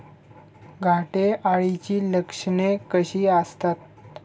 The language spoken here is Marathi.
घाटे अळीची लक्षणे कशी असतात?